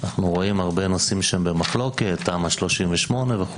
אנחנו רואים הרבה נושאים במחלוקת, תמ"א 38, וכו'.